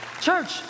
Church